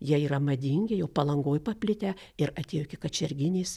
jie yra madingi jau palangoj paplitę ir atėjo iki kačerginės